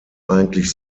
eigentlich